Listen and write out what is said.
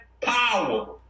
power